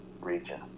region